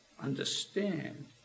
understand